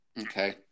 Okay